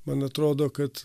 man atrodo kad